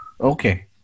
Okay